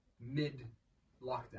mid-lockdown